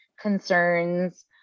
concerns